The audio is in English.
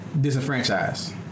disenfranchised